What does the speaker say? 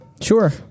Sure